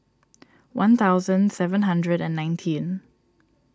one thousand seven hundred and nineteen